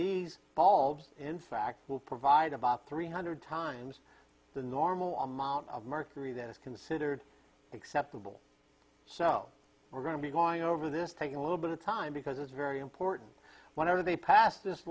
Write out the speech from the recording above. these bulbs in fact will provide about three hundred times the normal amount of mercury that is considered acceptable so we're going to be going over this taking a little bit of time because it's very important whenever they pass this